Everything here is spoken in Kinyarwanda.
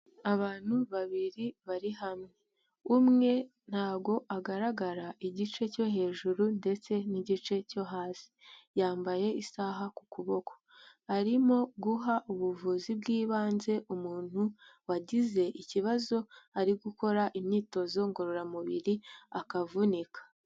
Abantu babiri, bari hamwe. Umwe ntabwo agaragara, igice cyo hejuru ndetse n'igice cyo hasi. Yambaye isaha ku kuboko. Arimo guha ubuvuzi bw'ibanze umuntu wagize ikibazo, ari gukora imyitozo ngororamubiri, akavunika.